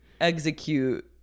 execute